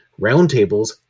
roundtables